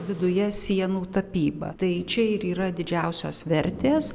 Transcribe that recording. viduje sienų tapyba tai čia ir yra didžiausios vertės